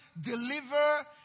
deliver